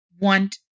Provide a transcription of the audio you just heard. want